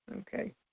okay